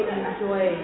enjoy